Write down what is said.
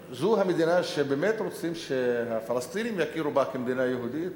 אם זו המדינה שרוצים שהפלסטינים יכירו בה כמדינה יהודית,